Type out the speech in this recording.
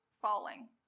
falling